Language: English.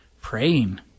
praying